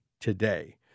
today